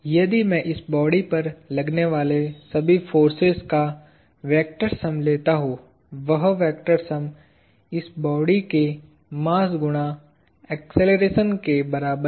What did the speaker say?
यदि मैं इस बॉडी पर लगने वाले सभी फोर्सेज का वेक्टर सम लेता हूं वह वेक्टर सम इस बॉडी के मास गुणा अक्सेलरेशन के बराबर है